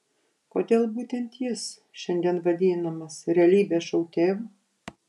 kodėl būtent jis šiandien vadinamas realybės šou tėvu